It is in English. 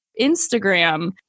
Instagram